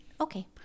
Okay